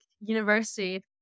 university